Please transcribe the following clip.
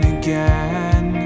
again